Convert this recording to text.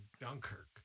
Dunkirk